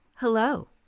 Hello